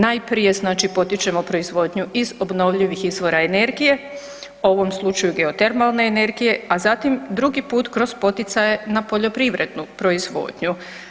Najprije znači potičemo proizvodnju iz obnovljivih izvora energije u ovom slučaju geotermalne energije, a zatim drugi put kroz poticaje na poljoprivrednu proizvodnju.